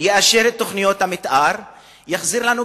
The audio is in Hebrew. יאשר את תוכניות המיתאר,